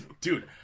dude